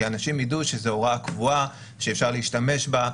כי אנשים יידעו שזו הוראה קבועה שאפשר להשתמש בה,